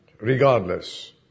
regardless